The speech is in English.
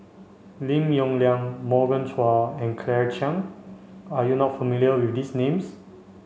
Lim Yong Liang Morgan Chua and Claire Chiang are you not familiar with these names